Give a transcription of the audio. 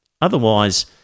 Otherwise